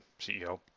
CEO